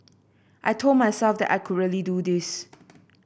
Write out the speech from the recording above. I told myself that I could really do this